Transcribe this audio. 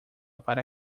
para